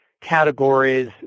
categories